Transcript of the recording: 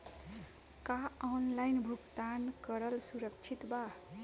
का ऑनलाइन भुगतान करल सुरक्षित बा?